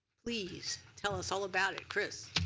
please tell us all about it. chris.